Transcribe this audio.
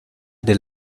del